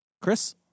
Chris